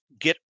get